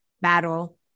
battle